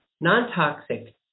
non-toxic